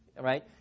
right